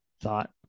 thought